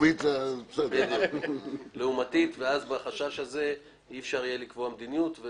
ועם החשש הזה אי אפשר יהיה לקבוע מדיניות.